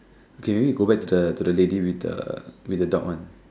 okay maybe we go back to the to the lady with the with the dog one